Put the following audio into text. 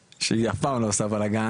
שהיא אף פעם לא עושה בלגן,